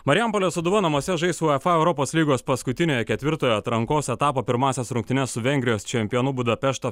marijampolės sūduva namuose žais uefa europos lygos paskutiniojo ketvirtojo atrankos etapo pirmąsias rungtynes su vengrijos čempionu budapešto